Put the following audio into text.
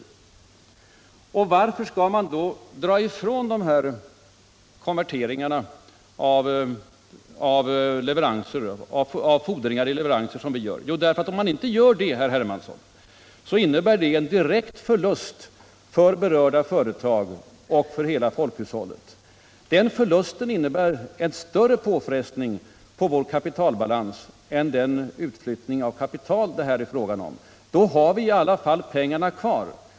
Varför skall man då dra ifrån konverteringarna av fordringar på grund av svenska leveranser som jag menar att man måste göra vid bedömningen av våra utlandsinvesteringar? Kapitalexport som kapitalexport, menar herr Hermansson. Jo, om man inte konverterar, herr Hermansson, innebär det att direkta förluster drabbar berörda företag och hela folkhushållet. Sådana förluster medför en större påfrestning på vår kapitalbalans än den utflyttning av kapital som det här är fråga om. Genom att föra ut kapital i detta syfte har vi i alla fall pengarna kvar.